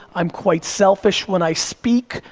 i'm quite selfish when i speak,